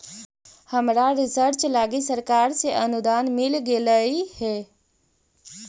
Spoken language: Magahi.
हमरा रिसर्च लागी सरकार से अनुदान मिल गेलई हे